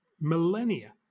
millennia